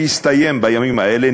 שהסתיים בימים אלה,